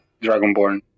Dragonborn